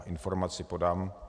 Informaci podám.